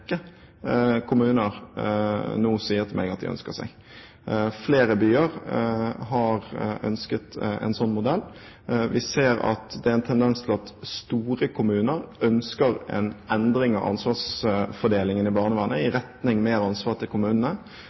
kommuner nå sier til meg at de ønsker seg. Flere byer har ønsket en slik modell. Vi ser at det er en tendens til at store kommuner ønsker en endring av ansvarsfordelingen i barnevernet i retning av mer ansvar til kommunene.